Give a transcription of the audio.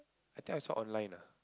I think I saw online ah